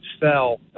fell